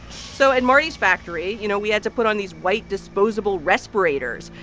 so at marty's factory, you know, we had to put on these white disposable respirators.